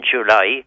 July